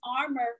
armor